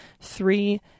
three